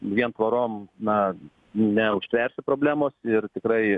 vien tvorom na neužtversi problemos ir tikrai